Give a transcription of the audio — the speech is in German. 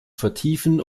vertiefen